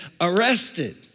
arrested